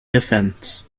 defense